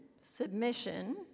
submission